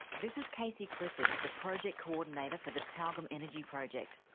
this is kacey clifford, the project coordinator for the tyalgum energy project.